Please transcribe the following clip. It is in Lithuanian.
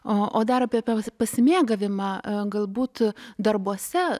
o dar apie pasimėgavimą galbūt darbuose